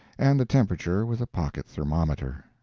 and the temperature with a pocket-thermometer.